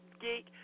geek